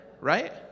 right